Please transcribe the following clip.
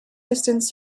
distance